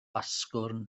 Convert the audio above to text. asgwrn